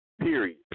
Period